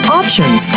options